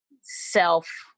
self